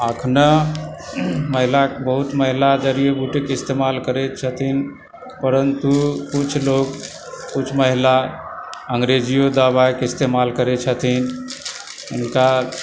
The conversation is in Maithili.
अखने महिलाक बहुत महिला जड़ी बूटीके इस्तेमाल करय छथिन परन्तु कुछ लोग कुछ महिला अङ्ग्रेजीयो दबाइके इस्तेमाल करय छथिन हुनका